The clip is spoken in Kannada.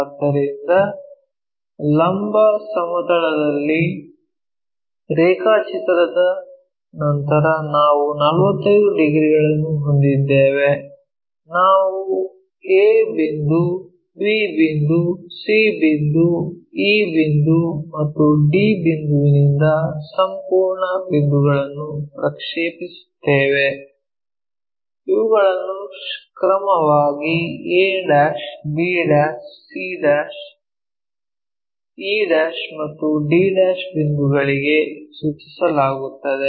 ಆದ್ದರಿಂದ ಲಂಬ ಸಮತಲದಲ್ಲಿ ರೇಖಾಚಿತ್ರದ ನಂತರ ನಾವು 45 ಡಿಗ್ರಿಗಳನ್ನು ಹೊಂದಿದ್ದೇವೆ ನಾವು a ಬಿಂದು b ಬಿಂದು c ಬಿಂದು e ಬಿಂದು ಮತ್ತು d ಬಿಂದುವಿನಿಂದ ಸಂಪೂರ್ಣ ಬಿಂದುಗಳನ್ನು ಪ್ರಕ್ಷೇಪಿಸುತ್ತೇವೆ ಇವುಗಳನ್ನು ಕ್ರಮವಾಗಿ a b c' e' ಮತ್ತು d' ಬಿಂದುಗಳಿಗೆ ಸೂಚಿಸಲಾಗುತ್ತದೆ